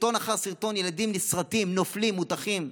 סרטון אחר סרטון ילדים נסרטים, נופלים, מוטחים.